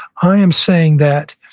i am saying that